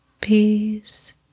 peace